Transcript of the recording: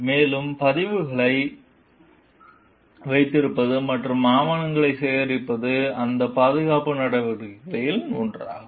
மேலும் பதிவுகளை வைத்திருப்பது மற்றும் ஆவணங்களை சேகரிப்பது அந்த பாதுகாப்பு நடவடிக்கைகளில் ஒன்றாகும்